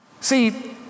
See